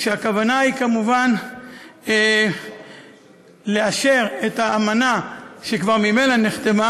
והכוונה היא כמובן לאשר את האמנה שכבר ממילא נחתמה